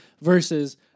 versus